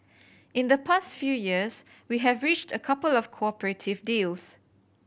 in the past few years we have reached a couple of cooperative deals